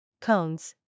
Cones